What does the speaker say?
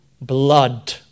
blood